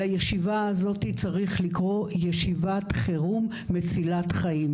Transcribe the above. לישיבה הזאת צריך לקרוא ישיבת חירום מצילת חיים.